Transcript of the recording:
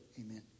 amen